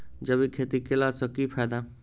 जैविक खेती केला सऽ की फायदा?